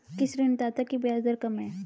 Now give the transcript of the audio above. किस ऋणदाता की ब्याज दर कम है?